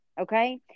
okay